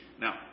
Now